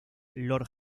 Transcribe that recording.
lord